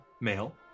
male